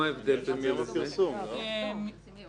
אפשר מהפרסום.